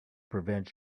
prevent